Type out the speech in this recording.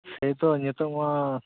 ᱥᱮᱛᱚ ᱱᱤᱛᱚᱜ ᱢᱟ